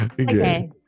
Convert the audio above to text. okay